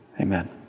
amen